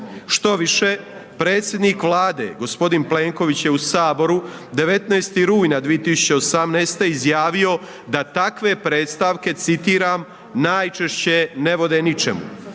Štoviše, predsjednik Vlade g. Plenković je u Saboru 19. rujna 2018. izjavio da takve predstavke citiram „najčešće ne vode ničemu“